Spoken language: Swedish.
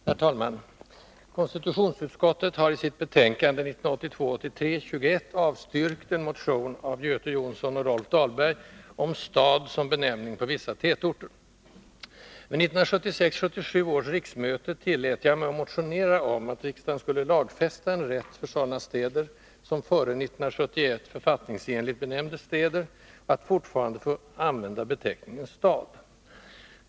Herr talman! Konstitutionsutskottet har i sitt betänkande 1982 77 års riksmöte tillät jag mig att motionera om att riksdagen skulle lagfästa en rätt för sådana städer som före 1971 författningsenligt benämndes städer att fortfarande få använda beteckningen ”stad”.